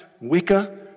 Wicca